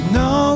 no